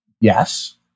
Yes